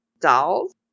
dolls